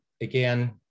Again